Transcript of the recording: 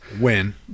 Win